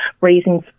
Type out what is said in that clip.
raising